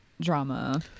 drama